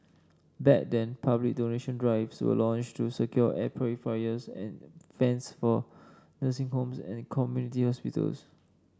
back then public donation drives were launched to secure air purifiers and fans for nursing homes and community hospitals